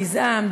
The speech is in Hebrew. גזעם,